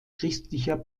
christlicher